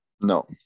No